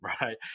right